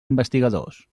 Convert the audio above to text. investigadors